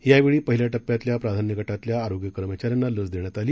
यावेळी पहिल्या टप्प्यातल्या प्राधान्य गटातल्या आरोग्य कर्मचाऱ्यांना लस देण्यात आली